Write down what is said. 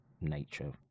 Nature